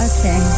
Okay